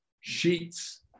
sheets